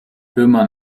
firma